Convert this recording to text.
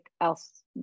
else